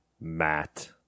Matt